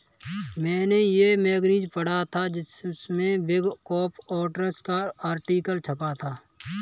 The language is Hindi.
मेने ये मैगज़ीन पढ़ा था जिसमे बिग फॉर ऑडिटर्स का आर्टिकल छपा था